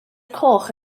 coch